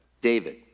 David